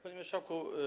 Panie Marszałku!